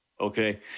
Okay